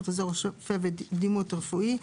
(תיקון מס' 8)(הסדרת העיסוק במקצועות הבריאות עוזר רופא ודימות רפואי),